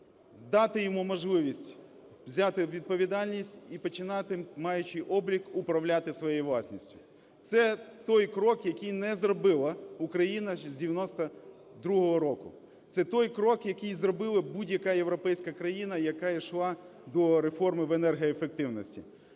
дати йому можливість взяти відповідальність і починати, маючи облік, управляти своєю власністю. Це той крок, який не зробила України з 1992 року. Це той крок, який зробила будь-яка європейська країна, яка йшла до реформи в енергоефективності.